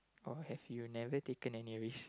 or have you never taken any risk